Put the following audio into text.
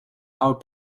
our